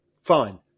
Fine